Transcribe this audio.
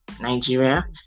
Nigeria